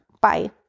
Bye